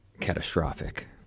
catastrophic